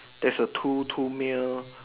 there's a two two male